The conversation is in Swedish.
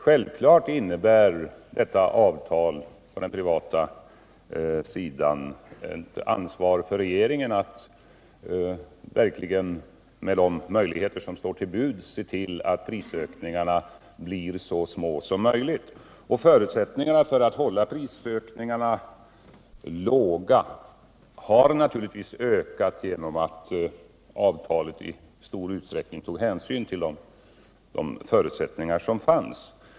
Självfallet innebär detta avtal på det privata området ett ansvar för regeringen att verkligen med de möjligheter som står till buds se till att prisökningarna blir så små som möjligt. Förutsättningarna för att hålla prisökningarna nere har naturligtvis ökat genom att avtalet i stor utsträckning tog hänsyn till de förutsättningar som fanns.